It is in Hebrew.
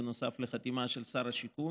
נוסף לחתימה של שר השיכון.